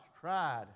tried